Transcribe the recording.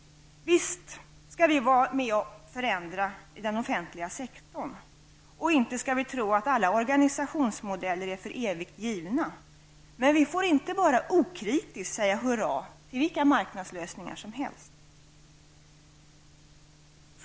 Visst skall vi vara med och förändra i den offentliga sektorn, och inte skall vi tro att alla organisationsmodeller är för evigt givna. Men vi får inte bara okritiskt säga hurra till vilka marknadslösningar som helst.